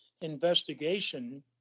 investigation